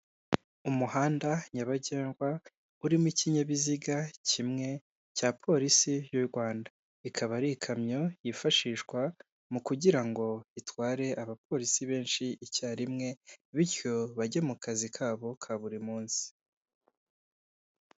Umuhanda nyabagendwa urimo ikinyabiziga kimwe cya polisi y'u Rwanda. Ikaba ari ikamyo yifashishwa mu kugira ngo itware abapolisi benshi icyarimwe, bityo bajye mu kazi kabo ka buri munsi.